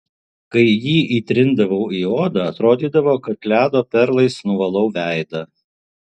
kai jį įtrindavau į odą atrodydavo kad ledo perlais nuvalau veidą